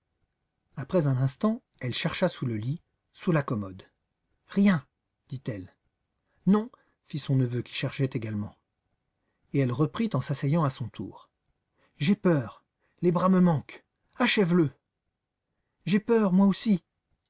après un instant elle chercha sous le lit sous la commode rien dit-elle non fit son neveu qui cherchait également et elle reprit en s'asseyant à son tour j'ai peur les bras me manquent achève le j'ai peur moi aussi